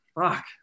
fuck